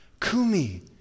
kumi